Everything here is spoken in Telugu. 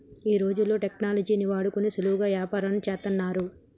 ఈ రోజుల్లో టెక్నాలజీని వాడుకొని సులువుగా యాపారంను చేత్తన్నారు